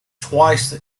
twice